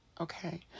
okay